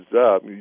up